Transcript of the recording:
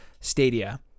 Stadia